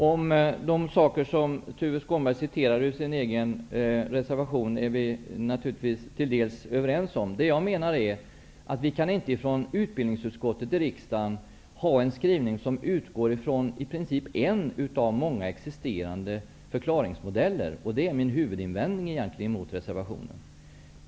Herr talman! Det Tuve Skånberg återger ur sin egen reservation är vi till dels överens om. Det jag menar är, att riksdagens Utbildningsutskott inte kan stå bakom en skrivning som utgår från en av många existerande förklaringsmodeller. Det är egentligen min huvudinvändning mot reservationen.